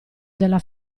della